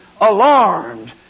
alarmed